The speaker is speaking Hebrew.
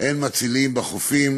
אין מצילים בחופים,